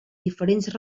diferents